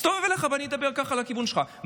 אסתובב אליך ואדבר אליך לכיוון שלך,